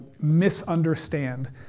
misunderstand